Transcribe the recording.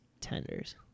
tenders